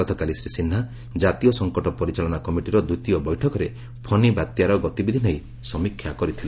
ଗତକାଲି ଶ୍ରୀ ସିହ୍ନା ଜାତୀୟ ସଂକଟ ପରିଚାଳନା କମିଟିର ଦ୍ୱିତୀୟ ବୈଠକରେ ଫନୀ ବାତ୍ୟାର ଗତି ବିଧି ନେଇ ସମୀକ୍ଷା କରିଥିଲେ